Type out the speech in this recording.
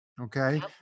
Okay